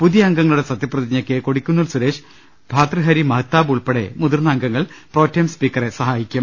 പുതിയ അംഗങ്ങളുടെ സത്യ പ്രതിജ്ഞയ്ക്ക് കൊടിക്കുന്നിൽ സുരേഷ് ഭാതൃഹരി മഹ്ത്താബ് ഉൾപ്പെടെ മുതിർന്ന അംഗങ്ങൾ പ്രോടേം സ്പീക്കറെ സഹായിക്കും